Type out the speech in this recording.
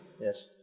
Yes